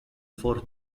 for